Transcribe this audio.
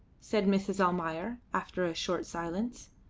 said mrs. almayer, after a short silence.